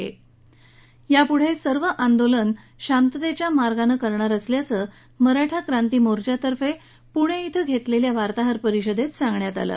दरम्यान यापुढे सर्व आंदोलन शांततेच्या मार्गानं करणार असल्याचं मराठा क्रांती मोर्चातर्फे पुणे इथं घेण्यात आलेल्या वार्ताहर परिषदेत सांगण्यात आलं